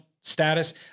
status